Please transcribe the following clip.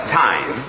time